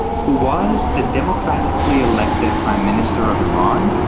who was the democratically-elected prime minister of iran,